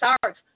starts